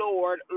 Lord